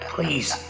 Please